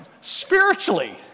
spiritually